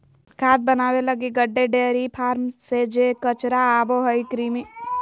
खाद बनाबे लगी गड्डे, डेयरी फार्म से जे कचरा आबो हइ, कृमि खाद कहलाबो हइ